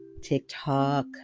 TikTok